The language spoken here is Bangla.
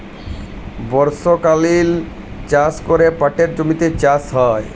বর্ষকালীল চাষ ক্যরে পাটের জমিতে চাষ হ্যয়